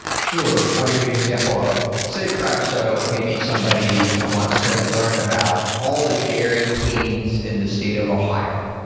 sure. i'll give you an example of safegraph. so maybe somebody wants to learn about all the dairy queens in the state of ohio,